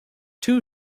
two